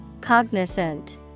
Cognizant